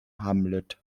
hamlet